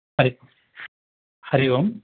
हरि हरिः ओम्